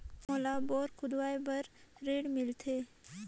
मोला बोरा खोदवाय बार ऋण मिलथे?